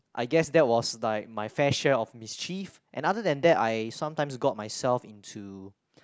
I guess that was like my fair share of mischief and other than that I sometimes got myself into